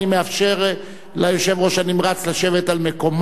אני מאפשר ליושב-ראש הנמרץ לשבת על מקומו.